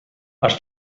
els